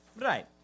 Right